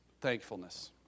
thankfulness